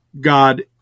God